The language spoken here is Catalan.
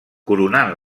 coronant